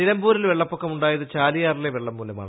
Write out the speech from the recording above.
നിലമ്പൂരിൽ വെള്ളപ്പൊക്കമുണ്ടായതു ചാലിയാറിലെ വെള്ളംമൂലമാണ്